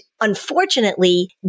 unfortunately